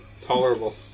Tolerable